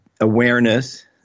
awareness